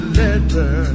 letter